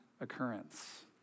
occurrence